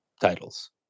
titles